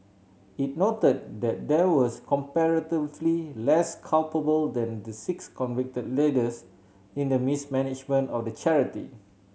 it noted that they was comparatively less culpable than the six convicted leaders in the mismanagement of the charity